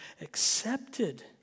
accepted